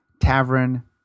tavern